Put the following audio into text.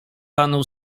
panu